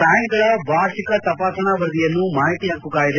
ಬ್ಡಾಂಕ್ಗಳ ವಾರ್ಷಿಕ ತಪಾಸಣ ವರದಿಯನ್ನು ಮಾಹಿತಿ ಪಕ್ಕು ಕಾಯ್ವೆ